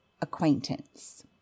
acquaintance